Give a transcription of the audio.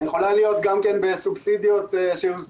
הוא חשוב